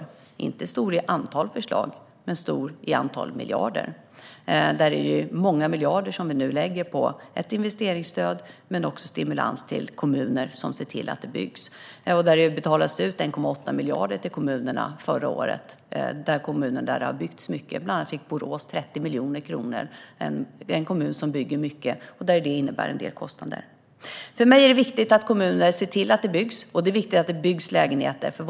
Den är inte stor i antal förslag, men den är stor i antal miljarder - det är många miljarder vi nu lägger på ett investeringsstöd och på stimulans till kommuner som ser till att det byggs. Förra året betalades det ut 1,8 miljarder till kommuner där det har byggts mycket; bland annat fick Borås 30 miljoner kronor. Det är en kommun som bygger mycket, och det innebär en del kostnader. För mig är det viktigt att kommuner ser till att det byggs, och det är viktigt att det byggs lägenheter.